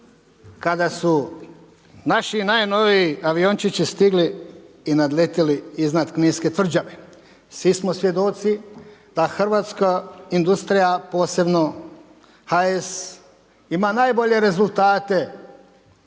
kada su naši najnoviji aviončići stigli i nadletjeli iznad Kninske tvrđave. Svi smo svjedoci da hrvatska industrija posebno HS ima najbolje rezultate